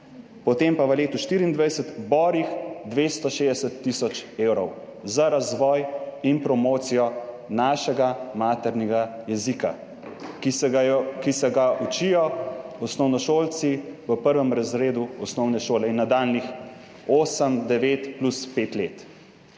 potem pa v letu 2024 borih 260 tisoč evrov za razvoj in promocijo našega maternega jezika, ki se ga učijo osnovnošolci v prvem razredu osnovne šole in nadaljnjih osem, devet plus pet let.